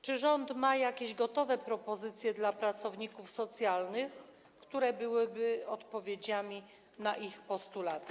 Czy rząd ma jakieś gotowe propozycje dla pracowników socjalnych, które byłyby odpowiedziami na ich postulaty?